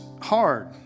hard